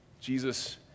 Jesus